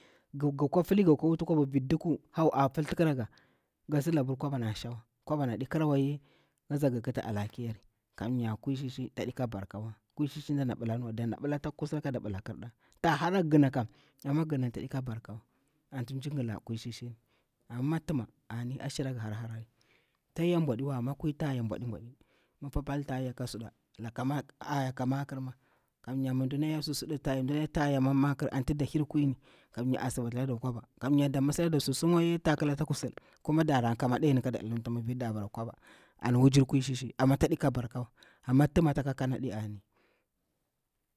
Nga kwa fili, nga kwa wuti kwaba vir duku, hau a filti kringa, gir sida abir kwabam a shong wa, kwabani aɗi kriwaye, kida gir kiti hakakki, kam nya kwwi shi shi ta ɗi ka bar kawa, kwui shi shi nɗa ɗena bila ni wa, dana billa ata khusul, kada billa kirnɗa, ta hara gina kam, amma ginam taɗi ka barkawa, anti imji gik kwui shi shi, amma mi tima kam ani ashira nga har harani, ta yala bwaɗiwa ammai kwui shishi ta ya'a bwaɗi ɓwaɗi, mafa pol ta ya'a ka suɗa, lakama aya'a ka makir ma, kam nya mi naki ya'a ka suɗu suɗu, ka mammakiranti da bir kwui ni, kam nya a siva leɗa kwaba, kamnya da masa lada susum waye kamnya da kila ata kusul, kuma dana ka'a maɗayar ni kada ɗilibta mi vir nati da bara kwaba, an wujirmir kwui shi shi. amma tsa ɗeka barkawa, amma a tima tsaka kanaɗi ani.